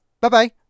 Bye-bye